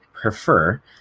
prefer